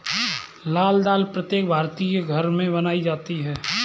लाल दाल प्रत्येक भारतीय घर में बनाई जाती है